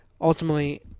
ultimately